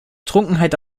trunkenheit